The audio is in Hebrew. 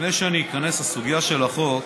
לפני שאיכנס לסוגיה של החוק,